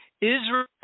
Israel